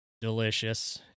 Delicious